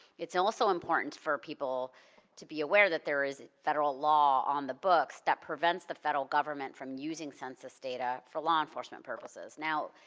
it's also important for people to be aware that there is federal law on the books that prevents the federal government from using census data for law enforcement purposes. now,